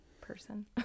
person